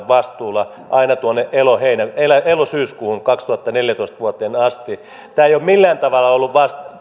vastuulla aina tuonne elo syyskuuhun vuoteen kaksituhattaneljätoista asti ei ole millään tavalla ollut